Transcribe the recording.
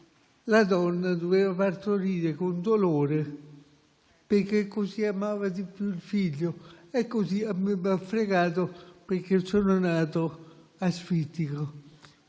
la donna doveva partorire con dolore, perché così amava di più il figlio. Così mi ha fregato, perché sono nato asfittico